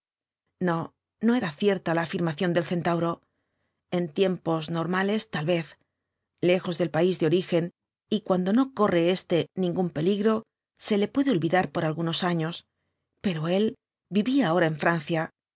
no no era cierta la afirmación del centauro en tiempos normales tal vez lejos del país de origen y cuando no torre éste ningún peligro se le puede olvidar por algunos años pero él vivía ahera en francia